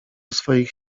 swoich